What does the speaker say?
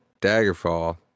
Daggerfall